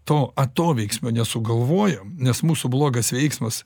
to atoveiksmio nesugalvojom nes mūsų blogas veiksmas